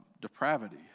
depravity